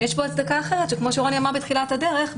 יש כאן הצדקה אחרת שכמו שרוני אמרה בתחילת הדרך,